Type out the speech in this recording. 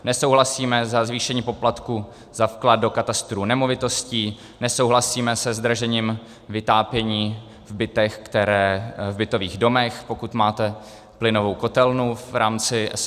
Nesouhlasíme se zvýšením poplatků za vklad do katastru nemovitostí, nesouhlasíme se zdražením vytápění v bytech, v bytových domech, pokud máte plynovou kotelnu v rámci esvéjéčka.